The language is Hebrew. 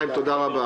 חיים, תודה רבה.